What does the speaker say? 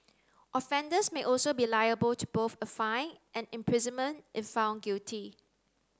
offenders may also be liable to both a fine and imprisonment if found guilty